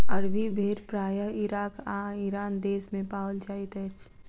अरबी भेड़ प्रायः इराक आ ईरान देस मे पाओल जाइत अछि